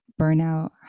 burnout